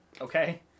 Okay